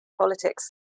politics